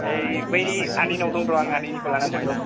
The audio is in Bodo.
ओइ बै आदैनाव दं र आं आदैनिखौ लानानै थांगौ